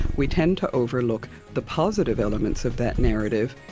we tend to overlook the positive elements of that narrative.